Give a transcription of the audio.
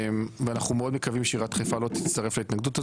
ואנחנו מאוד מקווים שעיריית נמל חיפה לא תצטרף להתנגדות הזאת,